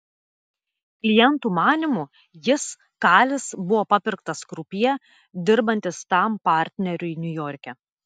klientų manymu jis kalis buvo papirktas krupjė dirbantis tam partneriui niujorke